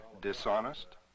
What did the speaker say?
dishonest